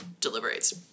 deliberates